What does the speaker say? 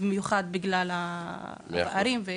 בייחוד בגלל הפערים שעלו כאן.